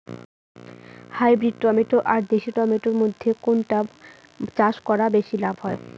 Hybrid tomato আর দেশি tomato এর মইধ্যে কোনটা চাষ করা বেশি লাভ হয়?